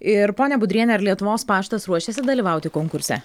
ir ponia budriene ar lietuvos paštas ruošiasi dalyvauti konkurse